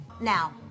Now